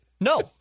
No